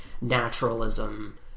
naturalism